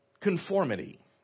conformity